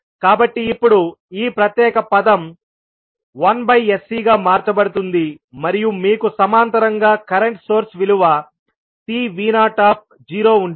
కాబట్టి ఇప్పుడు ఈ ప్రత్యేక పదం 1sC గా మార్చబడుతుంది మరియు మీకు సమాంతరంగా కరెంట్ సోర్స్ విలువ Cvo ఉంటుంది